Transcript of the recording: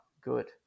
good